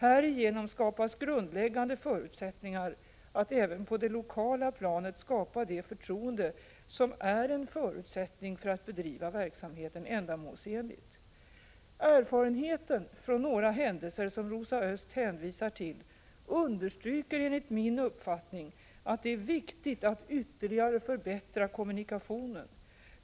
Härigenom ges grundläggande förutsättningar att även på det lokala planet skapa det förtroende som är nödvändigt för att bedriva verksamheten ändamålsenligt. Erfarenheterna från några händelser som Rosa Östh hänvisar till understryker enligt min uppfattning att det är viktigt att ytterligare förbättra kommunikationen.